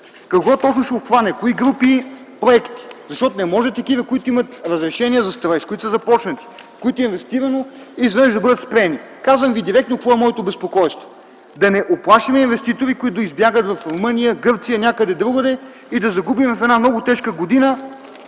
какво точно ще обхване – кои групи проекти? Защото не може такива, които имат разрешения за строеж, които са започнати, в които е инвестирано, изведнъж да бъдат спрени. Казвам директно какво е моето безпокойство – да не уплашим инвеститори, които да избягат в Румъния, в Гърция и някъде другаде и да загубим работни места в една много тежка година.